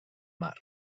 mar